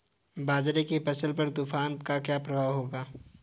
बाजरे की फसल पर तूफान का क्या प्रभाव होगा?